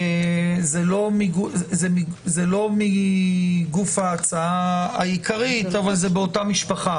זה לא מגוף ההצעה העיקרית אבל זה מאותה משפחה